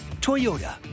Toyota